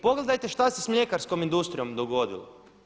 Pogledajte šta se s mljekarskom industrijom dogodilo?